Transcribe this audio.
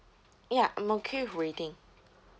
ya I'm okay with waiting